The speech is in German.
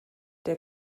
der